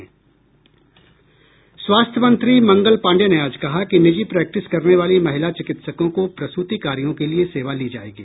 स्वास्थ्य मंत्री मंगल पांडेय ने आज कहा कि निजी प्रेक्टिस करने वाले महिला चिकित्सकों को प्रसूति कार्यों के लिए सेवा ली जायेगी